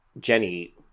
Jenny